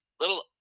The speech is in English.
little